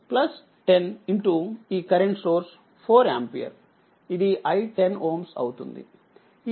5 10ఈ current source 4 ampere అది i10Ω అవుతుంది